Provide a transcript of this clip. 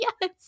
yes